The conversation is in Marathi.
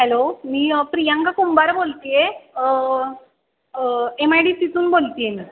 हॅलो मी प्रियांका कुंभार बोलत आहे एम आय डी सीतून बोलत आहे मी